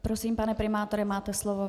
Prosím, pane primátore, máte slovo.